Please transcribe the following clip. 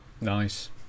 nice